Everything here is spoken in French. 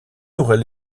aurait